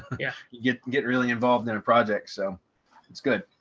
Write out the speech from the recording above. yeah, you get get really involved in a project. so it's good.